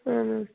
اَہَن حظ